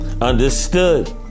Understood